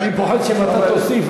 רק אני פוחד שאם אתה תוסיף,